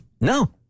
No